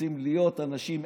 רוצים להיות אנשים,